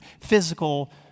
physical